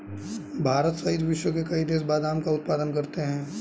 भारत सहित विश्व के कई देश बादाम का उत्पादन करते हैं